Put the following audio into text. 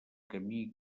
camí